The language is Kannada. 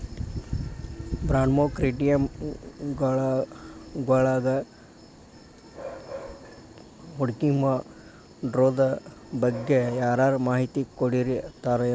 ಬಾಂಡ್ಮಾರ್ಕೆಟಿಂಗ್ವಳಗ ಹೂಡ್ಕಿಮಾಡೊದ್ರಬಗ್ಗೆ ಯಾರರ ಮಾಹಿತಿ ಕೊಡೊರಿರ್ತಾರೆನು?